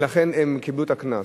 ולכן הם קיבלו את הקנס.